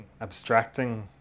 abstracting